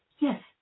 Yes